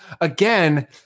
again